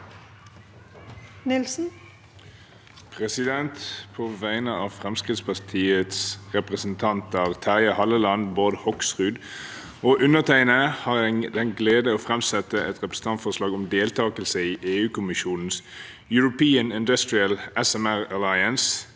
På vegne Fremskrittspartiets representanter Terje Halleland, Bård Hoksrud og undertegnede har jeg den glede å framsette et representantforslag om deltakelse i EUkommisjonens European Industrial Alliance